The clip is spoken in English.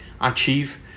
achieve